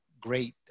great